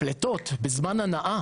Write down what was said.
הפליטות בזמן הנעה